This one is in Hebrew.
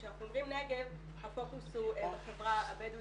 כשאנחנו אומרים נגב הפוקוס הוא בחברה הבדואית